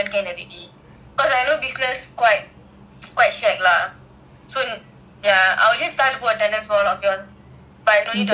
because I know business quite quite shag lah so ya I will just put attendance for both of you all but no need to attend one doesn't matter